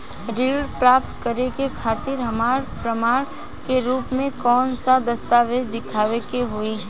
ऋण प्राप्त करे के खातिर हमरा प्रमाण के रूप में कउन से दस्तावेज़ दिखावे के होइ?